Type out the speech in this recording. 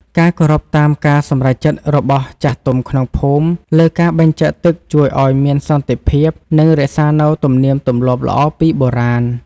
ការគោរពតាមការសម្រេចចិត្តរបស់ចាស់ទុំក្នុងភូមិលើការបែងចែកទឹកជួយឱ្យមានសន្តិភាព និងរក្សានូវទំនៀមទម្លាប់ល្អពីបុរាណ។